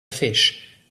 fish